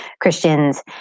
Christians